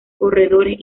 corredores